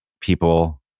people